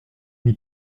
n’y